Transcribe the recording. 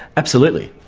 absolutely.